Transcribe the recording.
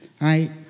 Right